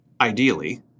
ideally